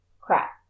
Crap